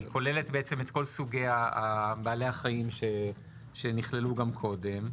היא כוללת בעצם את כל סוגי בעלי החיים שנכללו גם קודם,